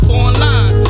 online